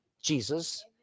Jesus